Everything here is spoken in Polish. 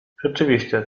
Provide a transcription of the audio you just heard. rzeczywiście